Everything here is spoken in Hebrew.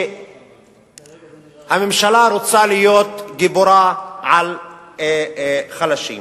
והממשלה רוצה להיות גיבורה על חלשים.